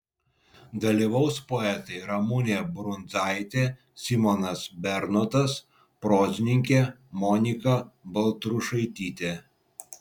dalyvaus poetai ramunė brundzaitė simonas bernotas prozininkė monika baltrušaitytė